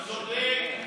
אתה צודק.